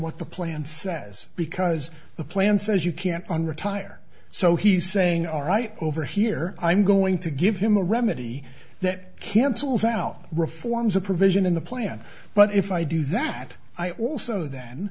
what the plan says because the plan says you can't on retire so he's saying all right over here i'm going to give him a remedy that cancels out reforms a provision in the plan but if i do that i also